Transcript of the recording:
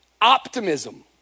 optimism